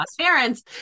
parents